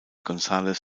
gonzález